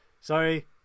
Sorry